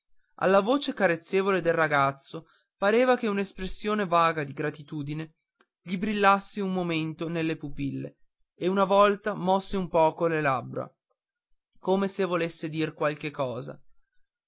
alla voce carezzevole del ragazzo pareva che un'espressione vaga di gratitudine gli brillasse un momento nelle pupille e una volta mosse un poco le labbra come se volesse dir qualche cosa